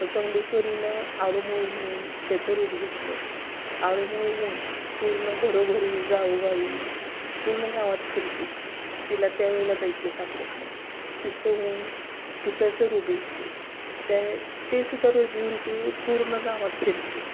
चौंडेश्वरीनं आळुमुळु म्हणून त्याचं रूप घेतलं अळुमुळु होऊन पूर्ण घरोघरी गावोगावी पूर्ण गावात फिरते ती तिला त्यावेळेला दैत्य सापडत नाही पिसं होऊन पिसाचं रूप घेते त्यावेळे तेसुद्धा रूप घेऊन ती पूर्ण गावात फिरते